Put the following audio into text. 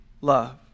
love